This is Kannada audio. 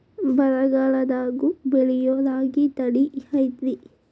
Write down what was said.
ಬರಗಾಲದಾಗೂ ಬೆಳಿಯೋ ರಾಗಿ ತಳಿ ಐತ್ರಿ?